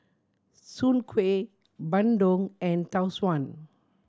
Soon Kuih bandung and Tau Suan